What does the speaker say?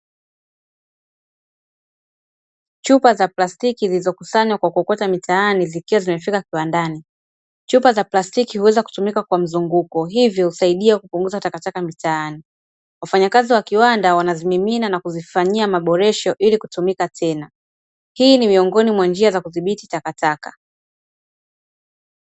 Chupa za plastiki zilizokusanywa kwa kuokotwa mitaani zikiwa zimefika kiwandani. Chupa za pastiki huweza kutumika kwa mzunguko, hivyo husaidia kupunguza takataka mitaani. Wafanyakazi wa kiwanda wanazimimina na kuzifanyia maboresho ili kutumika tena. Hii ni miongoni mwa njia za kudhibiti takataka.